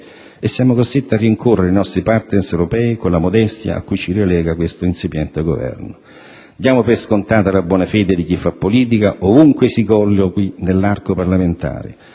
e siamo costretti a rincorrere i nostri *partners* europei con la modestia a cui ci relega questo insipiente Governo. Diamo per scontata la buona fede di chi fa politica ovunque si collochi nell'arco parlamentare,